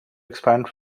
expand